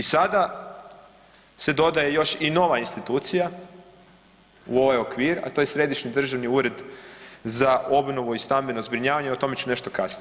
I sada se dodaje još i nova institucija u ovaj okvir, a to je Središnji državni ured za obnovu i stambeno zbrinjavanje, o tome ću nešto kasnije.